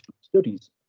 Studies